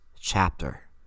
chapter